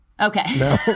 Okay